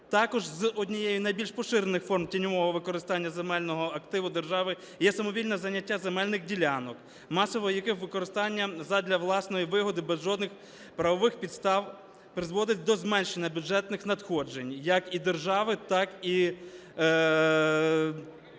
Також однією з найбільш поширених форм тіньового використання земельного активу держави є самовільне заняття земельних ділянок, масове яких використання задля власної вигоди без жодних правових підстав призводить до зменшення бюджетних надходжень як і держави, так і органів